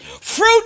Fruit